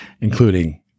Including